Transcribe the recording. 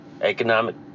economic